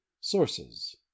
sources